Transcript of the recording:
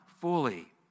fully